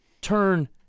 turn